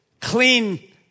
clean